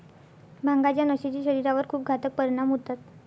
भांगाच्या नशेचे शरीरावर खूप घातक परिणाम होतात